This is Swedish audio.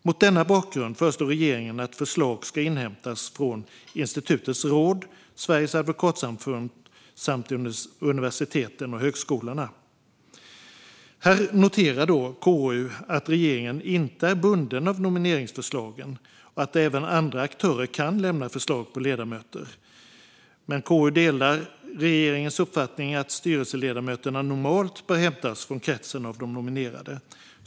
Mot denna bakgrund föreslår regeringen att förslag ska inhämtas från institutets råd, Sveriges advokatsamfund samt universiteten och högskolorna. Här noterar KU att regeringen inte är bunden av nomineringsförslagen och att även andra aktörer kan lämna förslag på ledamöter. KU delar dock regeringens uppfattning att styrelseledamöterna normalt bör hämtas från kretsen av de nominerade.